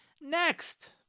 Next